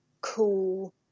cool